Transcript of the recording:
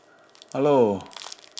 hello